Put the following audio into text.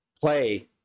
play